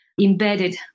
embedded